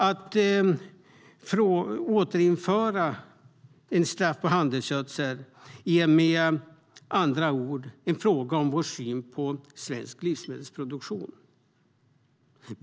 Ett återinförande av en straffskatt på handelsgödsel är med andra ord en fråga om vår syn på svensk livsmedelsproduktion.